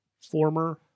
former